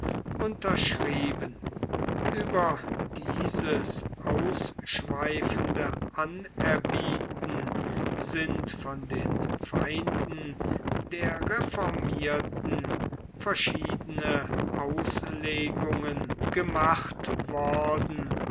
unterschrieben ueber dieses ausschweifende anerbieten sind von den feinden der reformierten verschiedene auslegungen gemacht worden